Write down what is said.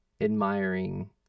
admiring